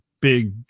big